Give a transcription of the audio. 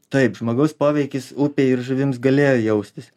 taip žmogaus poveikis upei ir žuvims galėjo jaustis